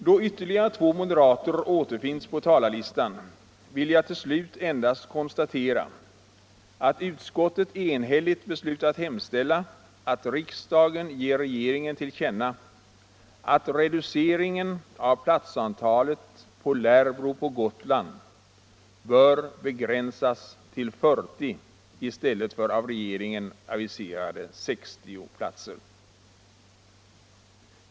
Då ytterligare två moderater återfinns på talarlistan, vill jag till slut Nr 58 endast konstatera att utskottet enhälligt beslutat hemställa att riksdagen Onsdagen den ger regeringen till känna att reduceringen av platsantalet på Lärbro på 16 april 1975 Gotland bör begränsas till 40 i stället för av regeringen aviserade 60 LL platser.